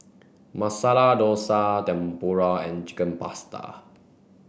Masala Dosa Tempura and Chicken Pasta